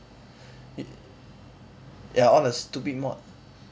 ya all the stupid mod